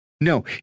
no